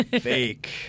fake